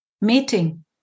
meeting